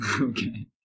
Okay